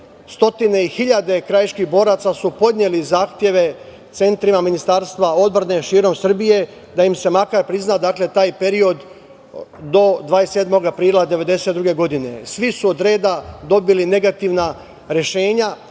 hiljade krajiških boraca su podneli zahteve centrima Ministarstva odbrane širom Srbije da im se makar prizna taj period do 27. aprila 1992. godine. Svi su odreda dobili negativna rešenja